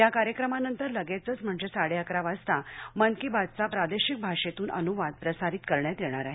या कार्यक्रमानंतर लगेचच म्हणजे साडे अकरा वाजता मन की बातचा प्रादेशिक भाषेतून अनुवाद प्रसारित करण्यात येणार आहे